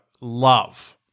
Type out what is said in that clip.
love